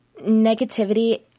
negativity